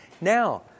Now